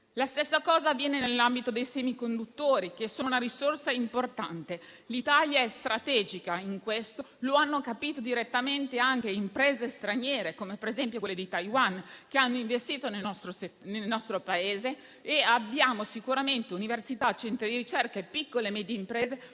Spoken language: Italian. La stessa cosa avviene nell'ambito dei semiconduttori, che sono una risorsa importante. L'Italia è strategica in questo: lo hanno capito direttamente anche le imprese straniere, come quelle di Taiwan, che hanno investito nel nostro Paese. Abbiamo sicuramente università, centri di ricerca e piccole e medie imprese